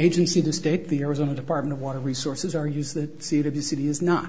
agency to state the arizona department of water resources or use that seat of the city is not